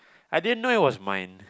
I didn't know it was mine